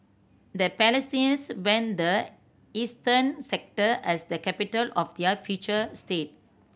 the Palestinians when the eastern sector as the capital of their future state